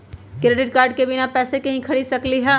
Credit card से बिना पैसे के ही खरीद सकली ह?